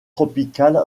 tropicales